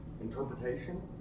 interpretation